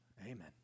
Amen